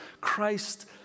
Christ